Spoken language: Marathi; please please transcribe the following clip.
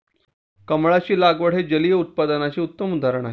कमळाची लागवड हे जलिय उत्पादनाचे उत्तम उदाहरण आहे